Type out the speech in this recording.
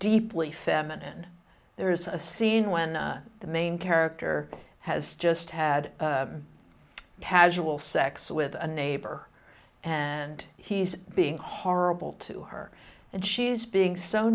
deeply feminine there's a scene when the main character has just had paschal sex with a neighbor and he's being horrible to her and she's being so